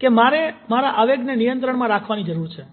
કે મારે મારા આવેગને નિયંત્રણમાં રાખવાની જરૂર છે